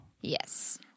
Yes